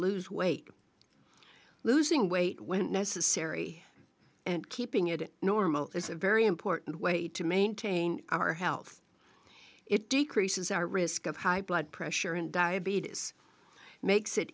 lose weight losing weight when necessary and keeping it normal is a very important way to maintain our health it decreases our risk of high blood pressure and diabetes makes it